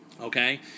Okay